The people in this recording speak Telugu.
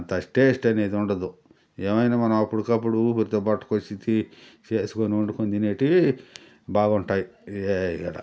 అంత టేస్టనేది ఉండదు ఏమైనా మనం అప్పుడుకప్పుడు ఊపిరితో పట్టుకొచ్చి తీ చేసుకుని వండుకుని తినేటివి బాగుంటాయ్ ఏ